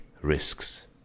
risks